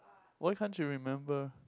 why can't you remember